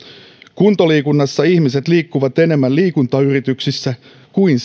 kuntoliikunnassa ihmiset liikkuvat enemmän liikuntayrityksissä kuin